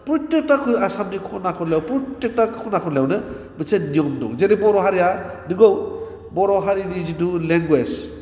प्रत्येकता आसामनि खना खनलायाव प्रत्येकता खना खनलायावनो मोनसे नियम दं जेरै बर' हारिया नंगौ बर' हारिनि जिथु लेंगुवेज